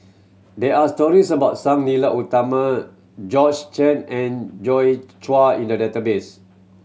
there are stories about Sang Nila Utama George Chen and Joi Chua in the database